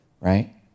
Right